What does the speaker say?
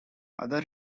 other